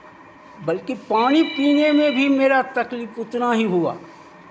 बल्कि पानी पीने में भी मेरा तकलीफ उतना ही हुआ